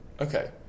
Okay